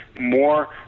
more